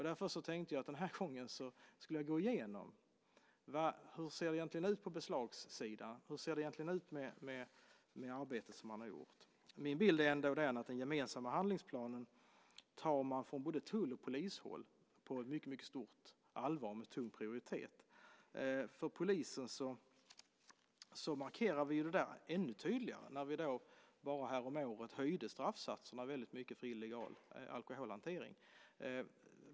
Därför tänkte jag denna gång gå igenom hur det egentligen ser ut på beslagssidan och hur arbetet som har gjorts ser ut. Min bild är att tull och polis tar på mycket stort allvar den gemensamma handlingsplanen och ger den tung prioritet. Det markeras ännu tydligare för polisen. Bara häromåret höjdes straffsatserna för illegal alkoholhantering.